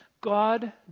God